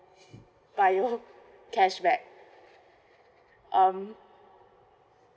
bio cashback um